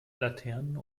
laternen